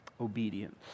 Obedience